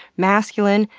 masculine,